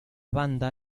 banda